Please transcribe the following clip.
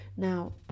Now